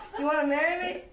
you want to marry me?